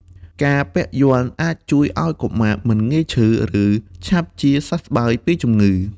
ការពាក់យ័ន្តអាចជួយឱ្យកុមារមិនងាយឈឺ ឬឆាប់ជាសះស្បើយពីជំងឺ។